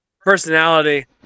personality